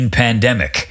pandemic